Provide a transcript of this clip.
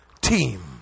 team